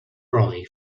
brolly